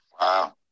Wow